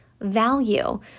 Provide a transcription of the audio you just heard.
value